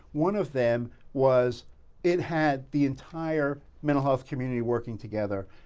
one of them was it had the entire mental health community working together,